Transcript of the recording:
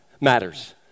matters